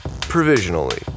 provisionally